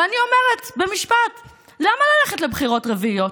ואני אומרת במשפט: למה ללכת לבחירות רביעיות?